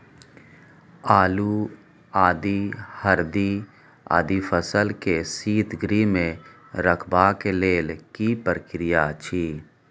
आलू, आदि, हरदी आदि फसल के शीतगृह मे रखबाक लेल की प्रक्रिया अछि?